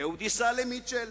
אהוד ייסע למיטשל.